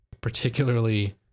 particularly